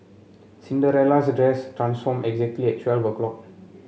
Cinderella's dress transformed exactly at twelve o'clock